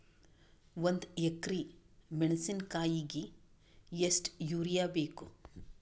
ಒಂದ್ ಎಕರಿ ಮೆಣಸಿಕಾಯಿಗಿ ಎಷ್ಟ ಯೂರಿಯಬೇಕು?